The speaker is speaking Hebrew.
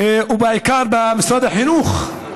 ובעיקר במשרד החינוך,